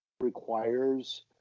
requires